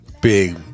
big